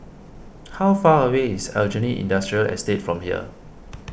how far away is Aljunied Industrial Estate from here